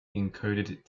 encoded